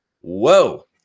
Whoa